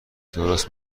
درست